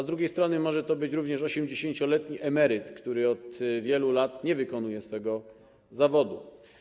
Z drugiej strony może to być również 80-letni emeryt, który od wielu lat nie wykonuje swojego zawodu.